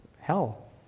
hell